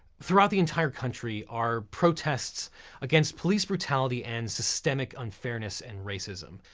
throughout the entire country, our protests against police brutality and systemic unfairness and racism.